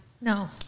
no